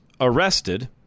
arrested